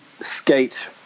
skate